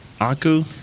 Aku